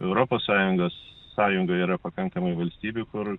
europos sąjungos sąjunga yra pakankamai valstybių kur